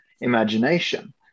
imagination